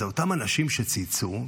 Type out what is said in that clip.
אלה אותם אנשים שצייצו,